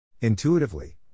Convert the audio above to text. intuitively